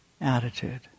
attitude